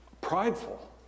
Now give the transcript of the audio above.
prideful